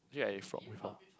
actually I eat frog before